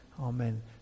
Amen